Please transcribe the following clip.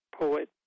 poet